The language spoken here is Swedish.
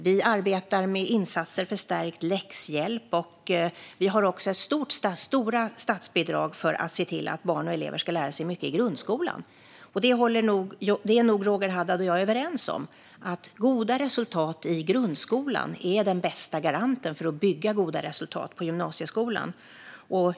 Vi arbetar med insatser för stärkt läxhjälp. Vi har också stora statsbidrag för att se till att barn och elever ska lära sig mycket i grundskolan. Roger Haddad och jag är nog överens om att goda resultat i grundskolan är den bästa garanten för att bygga goda resultat i gymnasieskolan.